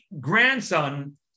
grandson